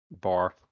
bar